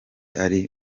ari